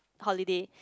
holiday